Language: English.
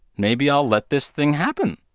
maybe i'll let this thing happen.